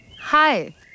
Hi